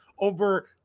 over